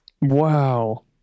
Wow